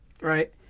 right